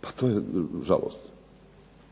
Pa to je žalosno.